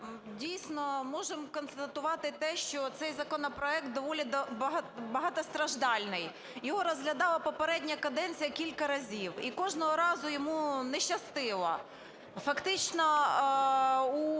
Дійсно, можемо констатувати те, що цей законопроект доволі багатостраждальний. Його розглядала попередня каденція кілька разів і кожного разу йому не щастило, фактично, у